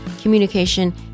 communication